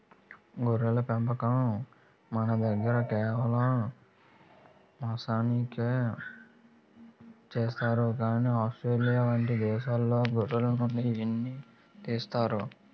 గొర్రెల పెంపకం మనదగ్గర కేవలం మాంసానికే చేస్తారు కానీ ఆస్ట్రేలియా వంటి దేశాల్లో గొర్రెల నుండి ఉన్ని తీస్తారు